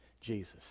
Jesus